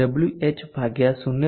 4Wh ભાગ્યા 0